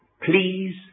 please